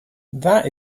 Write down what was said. that